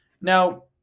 Now